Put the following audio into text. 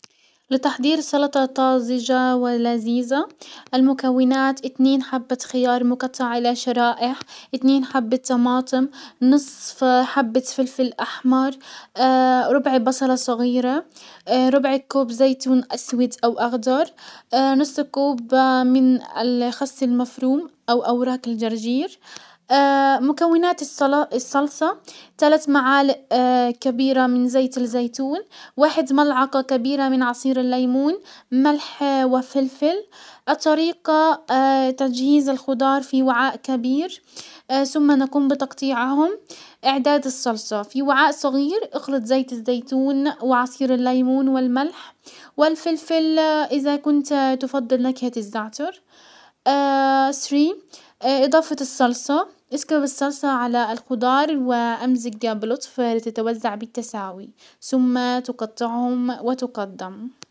لتحضير سلطة طازجة ولزيزة، المكونات اتنين حبة خيار مقطعة لشرائح ، اتنين حبة طماطم، نصف حبة فلفل احمر، ربع بصلة صغيرة، ربع كوب زيتون اسود او اخضر، نص كوب من الخس المفروم او اوراق الجرجير. مكونات الصلصة، تلات معالق كبيرة من زيت الزيتون، واحد ملعقة كبيرة من عصير الليمون، ملح وفلفل. الطريقة، تجهيز الخضار في وعاء كبير، ثم نقوم بتقطيعهم. اعداد الصلصة، في وعاء صغير اخلط زيت الزيتون وعصير الليمون والملح والفلفل ، ازا كنت تفضل نكهة الزعتر. سري اضافة الصلصة، اسكب الصلصة على الخضار وامزج بلطف لتتوزع بالتساوي ثم تقطعهم وتقدم.